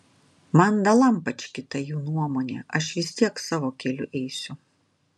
man dalampački ta jų nuomonė aš vis tiek savo keliu eisiu